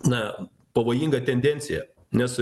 na pavojinga tendencija nes